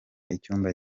icyumba